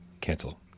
Cancel